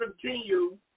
continue